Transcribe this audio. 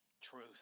truth